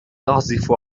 تعزف